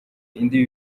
indi